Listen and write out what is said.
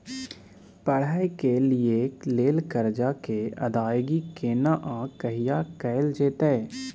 पढै के लिए लेल कर्जा के अदायगी केना आ कहिया कैल जेतै?